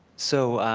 so